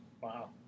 Wow